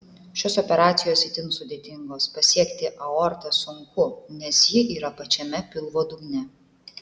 šios operacijos itin sudėtingos pasiekti aortą sunku nes ji yra pačiame pilvo dugne